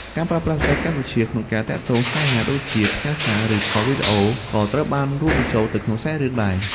ការប្រើប្រាស់បច្ចេកវិទ្យា ក្នុងការទាក់ទងស្នេហា ដូចជា ផ្ញើសារ ឬ ខល Video ក៏ត្រូវបានរួមបញ្ចូលទៅក្នុងសាច់រឿងដែរ។